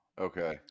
okay